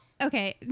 okay